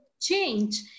change